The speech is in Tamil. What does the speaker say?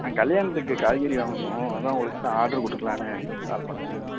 ஆ கல்யாணத்துக்கு காய்கறி வாங்கணும் அதான் உங்கள்கிட்ட ஆர்டர் கொடுக்கலான்னு கால் பண்ணேன்